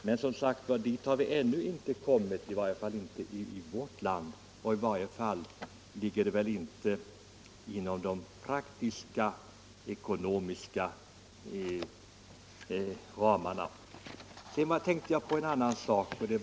Men dit har vi ännu inte kommit i vårt land, och inte heller torde något sådant ligga inom de nuvarande ekonomiska möjligheterna, i varje fall inte de närmaste åren.